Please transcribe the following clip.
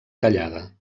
tallada